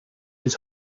his